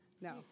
No